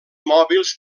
mòbils